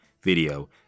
video